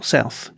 South